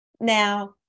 now